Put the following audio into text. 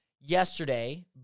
yesterday